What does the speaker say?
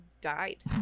died